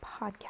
podcast